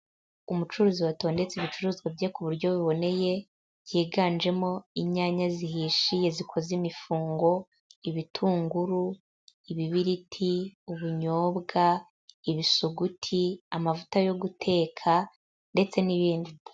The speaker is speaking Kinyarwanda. Umucuruzi watondetse ibicuruzwa bye ku buryo buboneye byiganjemo inyanya zihishiye zikoze imifungo, ibitunguru, ibibiriti, ubunyobwa, ibisuguti, amavuta yo guteka ndetse n'ibindi.